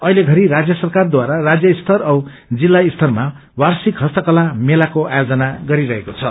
अहिले षरी राज्य सरकारद्वारा राज्य स्तर औ जिल्ला स्तरमा वार्षिक इस्तकला मेलाको आयोजन गरिरहेको छ